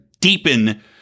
deepen